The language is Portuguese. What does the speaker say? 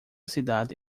cidade